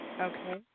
Okay